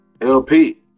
LP